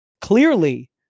clearly